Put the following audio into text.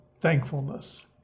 thankfulness